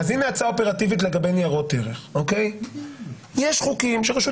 אז הנה הצעה אופרטיבית לגבי ניירות ערך: יש חוקים שהרשות